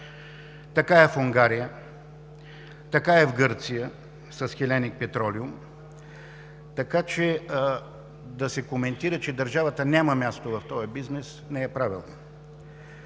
Така е в Унгария, така е в Гърция с Hellenic Petroleum. Така че да се коментира, че държавата няма място в този бизнес, не е правилно.